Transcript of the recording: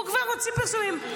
הוא כבר הוציא פרסומים.